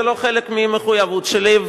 זה לא חלק מהמחויבות שלי,